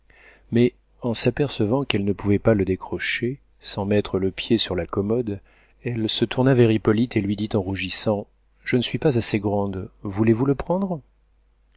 mais en s'apercevant qu'elle ne pouvait pas le décrocher sans mettre le pied sur la commode elle se tourna vers hippolyte et lui dit en rougissant je ne suis pas assez grande voulez-vous le prendre